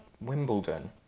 Wimbledon